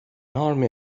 army